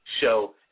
show